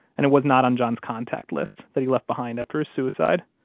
and it was not on john's contact list that he left behind after his suicide